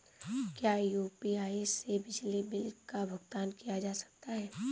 क्या यू.पी.आई से बिजली बिल का भुगतान किया जा सकता है?